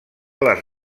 les